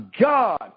God